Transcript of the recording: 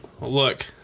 Look